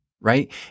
right